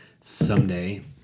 Someday